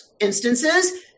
instances